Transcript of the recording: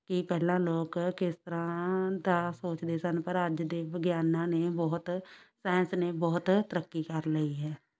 ਕਿ ਪਹਿਲਾਂ ਲੋਕ ਕਿਸ ਤਰ੍ਹਾਂ ਦਾ ਸੋਚਦੇ ਸਨ ਪਰ ਅੱਜ ਦੇ ਵਿਗਿਆਨਾਂ ਨੇ ਬਹੁਤ ਸਾਇੰਸ ਨੇ ਬਹੁਤ ਤਰੱਕੀ ਕਰ ਲਈ ਹੈ